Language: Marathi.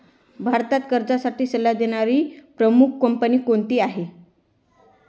भारतात कर्जासाठी सल्ला देणारी प्रमुख कंपनी कोणती आहे?